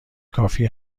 کافی